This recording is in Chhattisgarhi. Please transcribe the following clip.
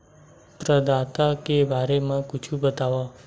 प्रदाता के बारे मा कुछु बतावव?